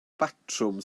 batrwm